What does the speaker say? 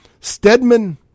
Stedman